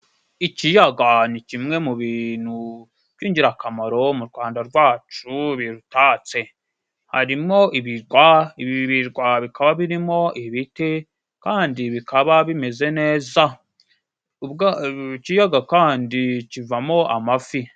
Ikiyaga ni kimwe mu bintu by'ingirakamaro mu Rwanda rwacu birutatse, harimo ibirwa ibi birwa bikaba birimo ibiti kandi bikaba bimeze neza. Ikiyaga kandi kivamo amafi.